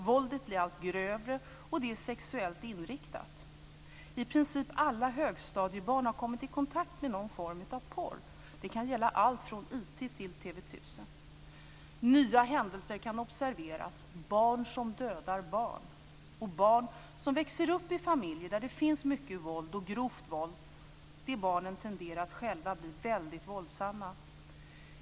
Våldet blir allt grövre och det är sexuellt inriktat. I princip alla högstadiebarn har kommit i kontakt med någon form av porr. Det kan gälla allt från IT till TV 1000. Nya händelser kan observeras. Barn som dödar barn. Barn som växer upp i familjer där det finns mycket våld och grovt våld tenderar att själva bli väldigt våldsamma.